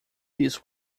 this